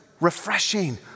refreshing